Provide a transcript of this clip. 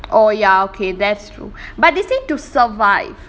oh ya okay that's true but they say to survive